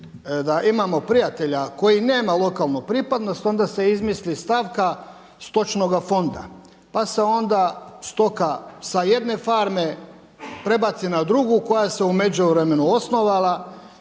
da imamo prijatelja koji nema lokalnu pripadnost onda se izmisli stavka stočnoga fonda, pa se onda stoka sa jedne farme prebaci na drugu koja se u međuvremenu osnovala,